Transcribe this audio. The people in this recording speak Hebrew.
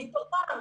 -- מתוכם,